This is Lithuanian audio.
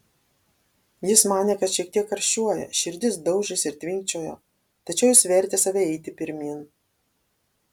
jis manė kad šiek tiek karščiuoja širdis daužėsi ir tvinkčiojo tačiau jis vertė save eiti pirmyn